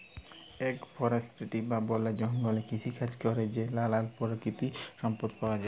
agro forestry বা বলে জঙ্গলে কৃষিকাজে ক্যরে যে লালাল পাকিতিক সম্পদ পাউয়া যায়